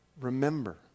remember